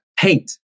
paint